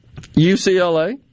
UCLA